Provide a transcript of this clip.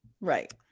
Right